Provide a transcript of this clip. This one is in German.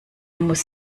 muss